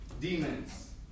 demons